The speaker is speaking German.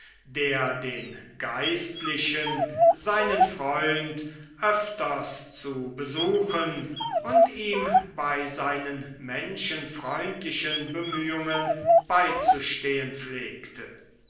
der den geistlichen seinen freund öfters zu besuchen und ihm bei seinen menschenfreundlichen bemühungen beizustehen pflegte